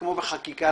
כמו בחקיקה,